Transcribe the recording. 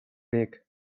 weg